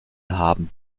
haben